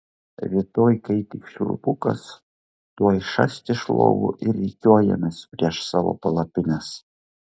rytoj kai tik švilpukas tuoj šast iš lovų ir rikiuojamės prieš savo palapines